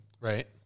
Right